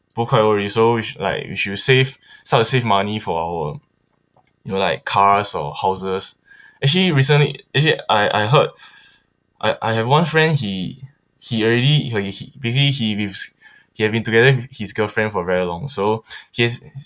both quite old already so we should like we should save start to save money for our you know like cars or houses actually recently actually I I heard I I have one friend he he already he really he he have been together with his girlfriend very long so he has